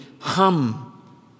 hum